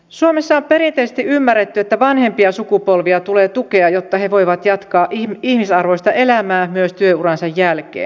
suomessa on perinteisesti ymmärretty että vanhempia sukupolvia tulee tukea jotta he voivat jatkaa ihmisarvoista elämää myös työuransa jälkeen